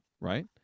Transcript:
right